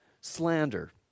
slander